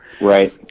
Right